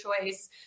choice